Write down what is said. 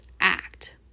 act